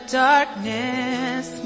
darkness